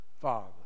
Father